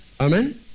Amen